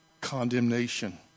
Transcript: condemnation